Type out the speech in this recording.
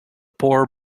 poor